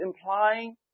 implying